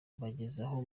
bagezeho